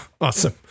Awesome